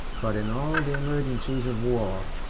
but in all the emergencies of war,